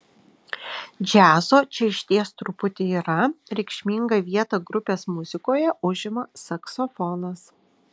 džiazo čia išties truputį yra reikšmingą vietą grupės muzikoje užima saksofonas